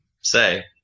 say